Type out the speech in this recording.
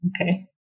okay